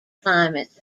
climates